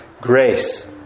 grace